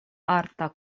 arta